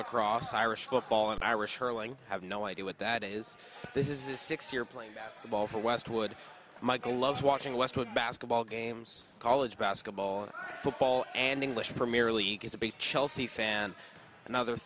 lacrosse irish football and irish hurling have no idea what that is this is a six year play basketball for westwood michael loves watching westwood basketball games college basketball and football and english premier league is a big chelsea fan another